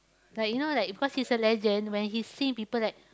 like you know like because he's a legend when he sing people like